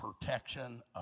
protection